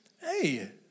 hey